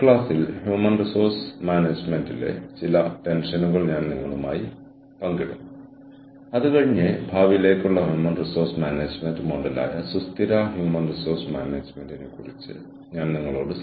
പരസ്പരം കടംവാങ്ങിയും പരസ്പരം പിന്തുണച്ചും പരസ്പരം സൌകര്യം ചെയ്തുകൊണ്ടും ലോകമെമ്പാടുമുള്ള ഏറ്റവും മികച്ച പ്രതിഭകൾ മികച്ച കഴിവുകൾ ഒരാൾക്ക് കണ്ടെത്താനാകുന്നിടത്തെല്ലാം നേടിക്കൊണ്ട് ലോകം നീങ്ങുകയാണ്